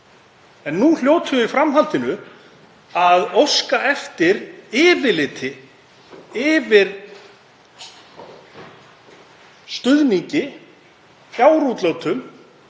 En nú hljótum við í framhaldinu að óska eftir yfirliti yfir stuðning, fjárútlát